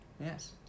Yes